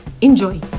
Enjoy